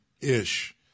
Ish